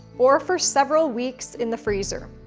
or for several weeks in the freezer.